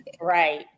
right